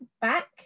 back